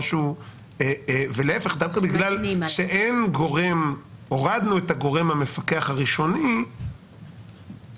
או --- ולהפך: דווקא בגלל שהורדנו את הגורם המפקח הראשוני --- אז